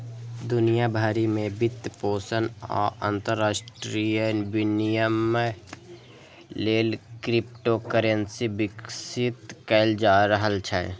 दुनिया भरि मे वित्तपोषण आ अंतरराष्ट्रीय विनिमय लेल क्रिप्टोकरेंसी विकसित कैल जा रहल छै